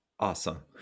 Awesome